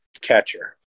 catcher